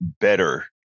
better